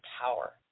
power